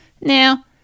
Now